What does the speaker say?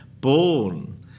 born